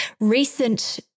recent